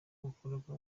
wakoraga